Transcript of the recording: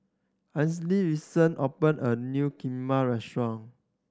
Addisyn recently open a new Kheema restaurant